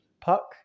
Puck